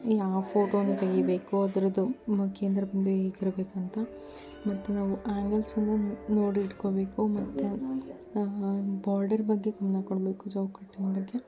ಯಾವ ಫೋಟೋನ ತೆಗಿಬೇಕು ಅದರದ್ದು ಕೇಂದ್ರ ಬಿಂದು ಹೇಗಿರ್ಬೇಕ್ ಅಂತ ಮತ್ತೆ ನಾವು ಆ್ಯಂಗಲ್ಸನ್ನು ನೋಡಿ ಇಟ್ಕೋಬೇಕು ಮತ್ತು ಬಾರ್ಡರ್ ಬಗ್ಗೆ ಗಮನ ಕೊಡಬೇಕು ಚೌಕಟ್ಟಿನ ಬಗ್ಗೆ